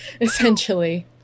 Essentially